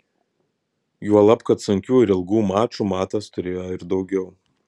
juolab kad sunkių ir ilgų mačų matas turėjo ir daugiau